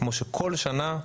וכמו בכל שנה,